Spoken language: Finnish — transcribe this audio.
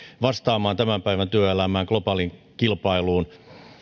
vastaamaan tämän päivän työelämään globaaliin kilpailuun